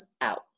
out